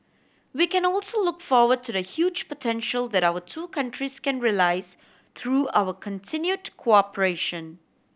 we can also look forward to the huge potential that our two countries can realise through our continued cooperation